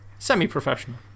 semi-professional